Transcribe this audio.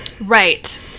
right